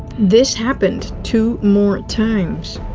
this happened two more times.